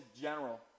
general